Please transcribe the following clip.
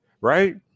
right